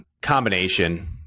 Combination